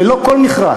ללא כל מכרז.